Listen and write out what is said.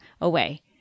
away